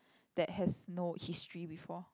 that has no history before